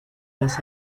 las